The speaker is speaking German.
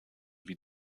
wie